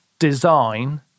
design